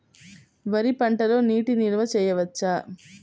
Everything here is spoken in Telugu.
వరి పంటలో నీటి నిల్వ చేయవచ్చా?